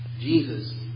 Jesus